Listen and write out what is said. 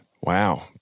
wow